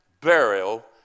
burial